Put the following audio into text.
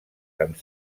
sant